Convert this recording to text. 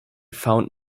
found